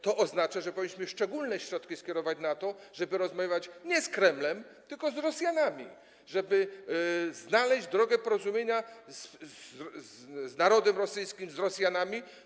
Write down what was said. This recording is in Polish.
To oznacza, że powinniśmy szczególne środki skierować na to, żeby rozmawiać nie z Kremlem, tylko z Rosjanami, żeby znaleźć drogę porozumienia z narodem rosyjskim, z Rosjanami.